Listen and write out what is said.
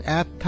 app